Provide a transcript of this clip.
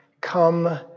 come